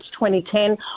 2010